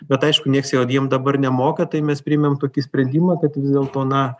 bet aišku nieks jo jiem dabar nemoka tai mes priėmėm tokį sprendimą kad vis dėlto na